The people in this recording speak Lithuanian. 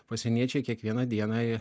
pasieniečiai kiekvieną dieną